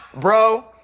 bro